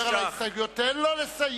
אדוני היושב-ראש, 16:30. תן לו לסיים.